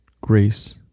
grace